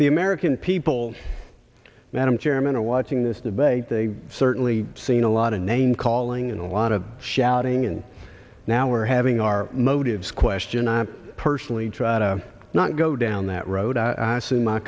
the american people madam chairman are watching this debate they certainly seen a lot of name calling and a lot of shouting and now we're having our motives question i personally try to not go down that road i assume my